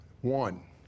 One